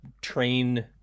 train